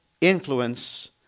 influence